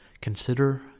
Consider